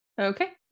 Okay